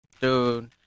dude